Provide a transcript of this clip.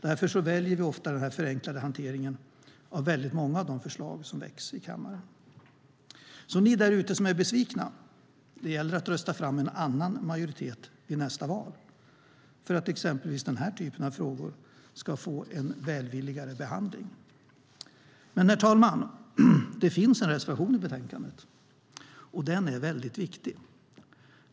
Därför väljer vi ofta den här förenklade hanteringen av väldigt många av de förslag som väcks i kammaren. Ni där ute som är besvikna, det gäller att rösta fram en annan majoritet i nästa val för att exempelvis den här typen av frågor ska få en välvilligare behandling. Herr talman! Det finns en reservation i betänkandet, och den är väldigt viktig.